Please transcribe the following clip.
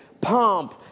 pomp